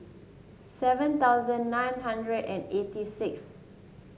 seven thousand nine hundred and eighty sixth